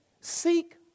Seek